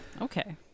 Okay